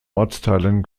ortsteilen